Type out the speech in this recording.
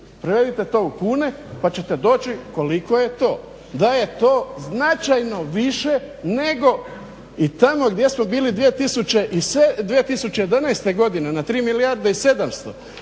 Prevedite to u kune, pa ćete doći koliko je to. Da je to značajno više nego i tamo gdje smo bili 2011. godine na 3 milijarde i 700,